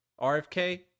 rfk